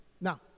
Now